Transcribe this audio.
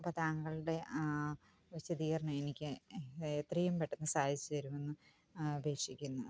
അപ്പോൾ താങ്കളുടെ വിശദീകരണം എനിക്ക് എത്രയും പെട്ടെന്ന് സാധിച്ചുതരുമെന്ന് അപേക്ഷിക്കുന്നു